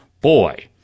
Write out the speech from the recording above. boy